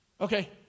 okay